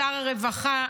שר הרווחה,